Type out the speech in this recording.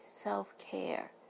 self-care